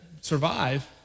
survive